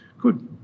Good